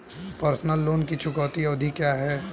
Personal loan की चुकौती अवधि क्या है?